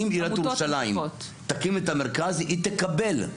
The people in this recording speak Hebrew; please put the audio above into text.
אם עיריית ירושלים תקים את המרכז, היא תקבל.